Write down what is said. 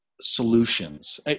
solutions